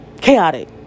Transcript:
chaotic